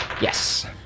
Yes